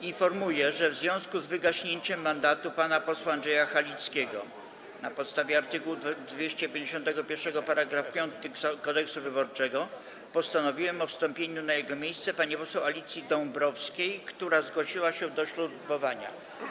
Informuję, że w związku z wygaśnięciem mandatu pana posła Andrzeja Halickiego na podstawie art. 251 § 5 Kodeksu wyborczego postanowiłem o wstąpieniu na jego miejsce pani poseł Alicji Dąbrowskiej, która zgłosiła się do ślubowania.